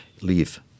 Leave